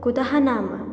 कुतः नाम